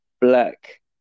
Black